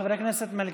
חבר הכנסת מלכיאלי,